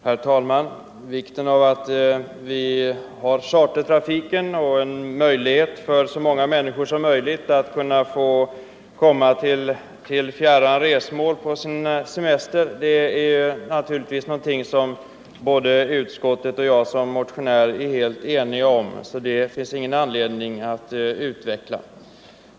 Herr talman! Vikten av att vi har chartertrafiken och därmed en chans för så många människor som möjligt att komma till fjärran resmål på sin semester är någonting som utskottet och jag som motionär är helt eniga om, så det finns ingen anledning att utveckla den saken.